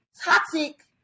toxic